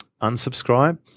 unsubscribe